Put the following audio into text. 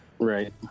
Right